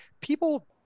people